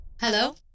Hello